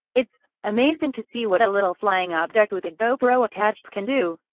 it's amazing to see what a little flying object with a gopro attached can do.